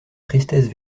tristesse